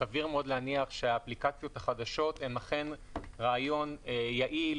וסביר מאוד להניח שהאפליקציות החדשות הן אכן רעיון יעיל,